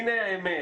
הנה האמת.